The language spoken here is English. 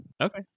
Okay